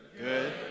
Good